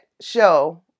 show